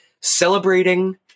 celebrating